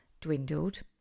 dwindled